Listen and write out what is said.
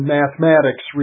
mathematics